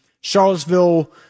Charlottesville